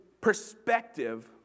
perspective